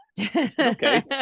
okay